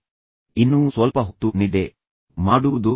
ಆಮೇಲೆ ಇನ್ನೂ ಸ್ವಲ್ಪ ಹೊತ್ತು ನಿದ್ದೆ ಮಾಡುವುದೋ